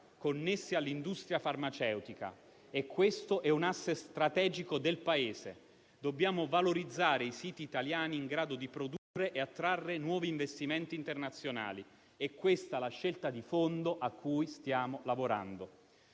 connesse all'industria farmaceutica e questo è un *asset* strategico del Paese. Dobbiamo valorizzare i siti italiani in grado di produrre e attrarre nuovi investimenti internazionali. È questa la scelta di fondo a cui stiamo lavorando.